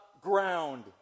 ground